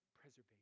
Preservation